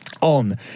on